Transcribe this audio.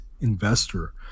investor